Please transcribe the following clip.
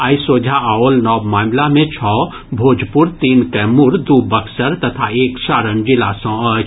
आइ सोझा आओल नव मामिला मे छओ भोजपुर तीन कैमूर दू बक्सर तथा एक सारण जिला सँ अछि